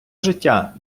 життя